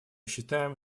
считаем